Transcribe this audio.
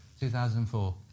2004